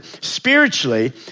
Spiritually